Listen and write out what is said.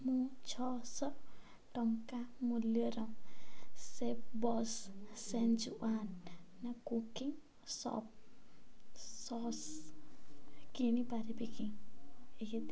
ମୁଁ ଛଅଶହ ଟଙ୍କା ମୂଲ୍ୟର chef boss schezwan cooking sauce କିଣିପାରିବି କି